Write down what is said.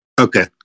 Okay